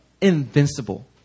invincible